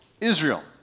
Israel